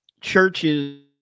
churches